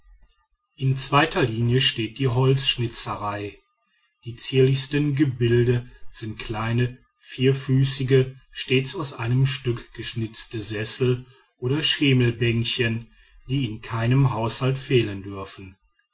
in zweiter linie steht die holzschnitzerei die zierlichsten gebilde sind kleine vierfüßige stets aus einem stück geschnitzte sessel oder schemelbänkchen die in keinem haushalt fehlen dürfen